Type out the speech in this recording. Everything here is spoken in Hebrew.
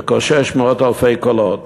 וקושש מאות אלפי קולות.